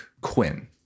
Quinn